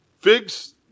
figs